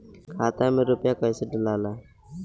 खाता में रूपया कैसे डालाला?